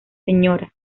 sra